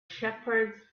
shepherds